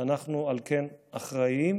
ואנחנו, על כן, אחראים